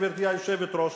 גברתי היושבת-ראש,